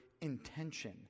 intention